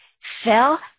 fell